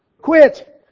Quit